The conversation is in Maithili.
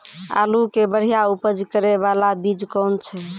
आलू के बढ़िया उपज करे बाला बीज कौन छ?